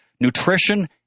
nutrition